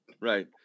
Right